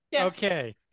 Okay